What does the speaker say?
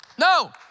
No